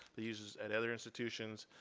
the users at other institutions.